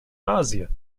asien